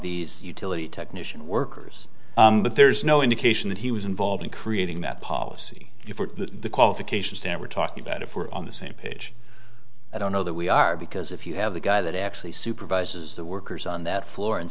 these utility technician workers but there's no indication that he was involved in creating that policy if the qualifications stan were talking about if we're on the same page i don't know that we are because if you have the guy that actually supervises the workers on that floor and